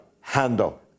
handle